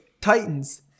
Titans